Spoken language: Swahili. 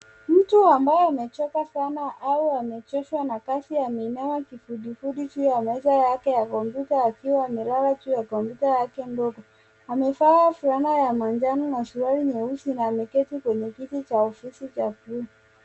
Mtu ambaye amechoka sana au amechoshwa na kazi ameinama kifudifudi juu ya meza yake ya kompyuta akiwa amelala juu ya kompyuta yake ndogo. Amevaa fulana ya manjano na suruali nyeusi na ameketi kwenye kiti cha ofisi cha bluu.